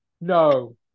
no